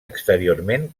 exteriorment